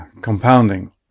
compounding